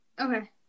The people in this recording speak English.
Okay